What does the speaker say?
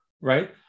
right